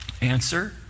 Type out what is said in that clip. Answer